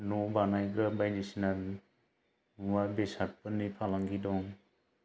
ना बानायगोन बायदि सिना मुवा बेसादफोरनि फालांगि दं